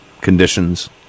conditions